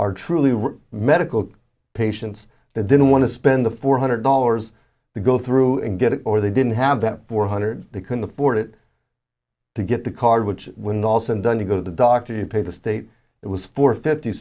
are truly were medical patients that didn't want to spend the four hundred dollars to go through and get it or they didn't have that four hundred they couldn't afford it to get the card which when also done to go to the doctor you pay the state it was for fifty